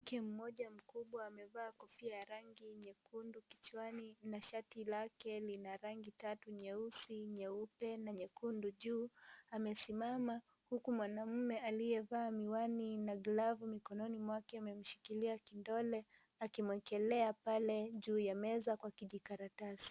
Mwanamke mmoja mkubwa amevaa kofia ya rangi nyekundu kichwani na shati lake lina rangi tatu nyeusi, nyeupe na nyekundu juu, amesimama huku mwanaume aliyevaa miwani na glovu mikononi mwake amemshikilia kidole akimwekelea pale juu ya meza kwa kijikaratasi.